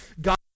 God